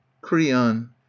Creon